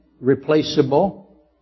replaceable